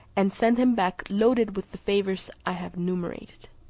and sent him back loaded with the favours i have enumerated.